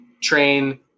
train